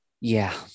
Yeah